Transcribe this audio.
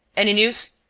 any news?